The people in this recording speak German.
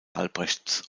albrechts